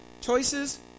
choices